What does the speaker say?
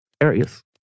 areas